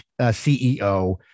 CEO